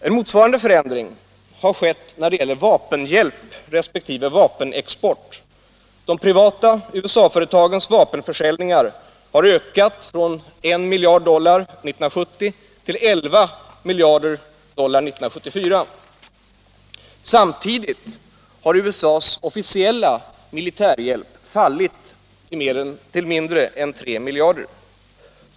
En motsvarande förändring har skett när det gäller vapenhjälp resp. vapenexport. De privata USA-företagens vapenförsäljningar har ökat från 1 miljard dollar 1970 till 11 miljarder dollar 1974. Samtidigt har USA:s officiella militärhjälp fallit till mindre än tre miljarder.